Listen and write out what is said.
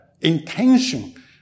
intention